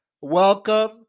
Welcome